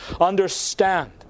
understand